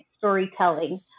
storytelling